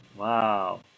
Wow